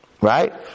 right